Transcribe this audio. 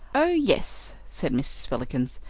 oh yes, said mr. spillikins.